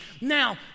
Now